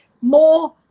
more